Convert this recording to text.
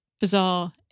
bizarre